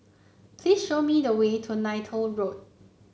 please show me the way to Neythal Road